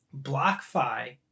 BlockFi